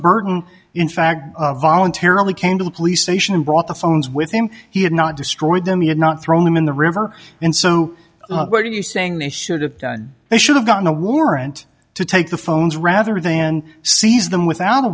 burton in fact voluntarily came to the police station and brought the phones with him he had not destroyed them yet not throw him in the river and so what are you saying they should have done they should have gotten a warrant to take the phones rather than seize them without a